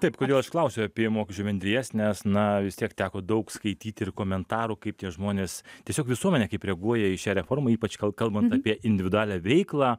taip kodėl aš klausiu apie mokesčių bendrijas nes na vis tiek teko daug skaityti ir komentarų kaip tie žmonės tiesiog visuomenė kaip reaguoja į šią reformą ypač kalbant apie individualią veiklą